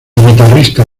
guitarrista